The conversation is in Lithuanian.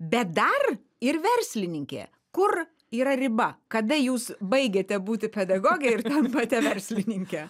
bet dar ir verslininkė kur yra riba kada jūs baigiate būti pedagoge ir tampate verslininke